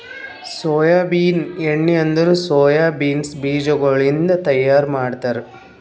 soybean ಎಣ್ಣಿ ಅಂದುರ್ soya beans ಬೀಜಗೊಳಿಂದ್ ತೈಯಾರ್ ಮಾಡ್ತಾರ